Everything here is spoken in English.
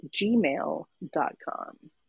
gmail.com